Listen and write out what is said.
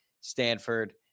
Stanford